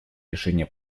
решения